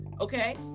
Okay